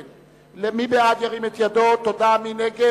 תודה.